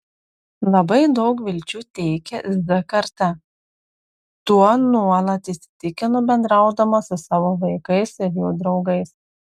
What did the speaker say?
labai daug vilčių teikia z karta tuo nuolat įsitikinu bendraudama su savo vaikais ir jų draugais